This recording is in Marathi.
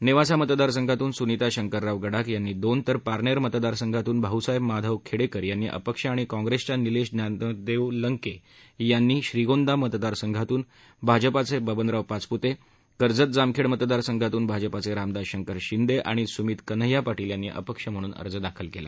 नेवासा मतदारसंघातून सुनिता शंकरराव गडाख यांनी दोन तर पारनेर मतदारसंघातून भाऊसाहेब माधव खेडेकर यांनी अपक्ष आणि काँग्रेसच्या निलेश ज्ञानदेव लंके यांनी श्रीगोंदा मतदारसंघातून भाजपाचे बबनराव पाचपुते कर्जत जामखेड मतदारसंघातून भाजपाचे रामदास शंकर शिंदे आणि सुमित कन्हैय्या पाटील यांनी अपक्ष म्हणून अर्ज दाखल केला